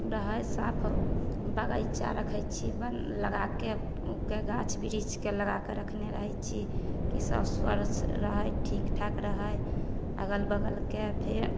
रहै साफ बगीचा रखै छी ब लगाके ओकर गाछ बिरिछके लगाके रखने रहै छी की सभ स्वच्छ रहै ठीक ठाक रहै अगल बगलके फेर